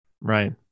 Right